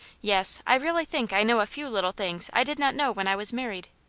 yes, i really think i know a few little things i did not know when i was married.